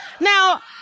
Now